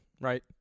right